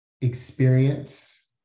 experience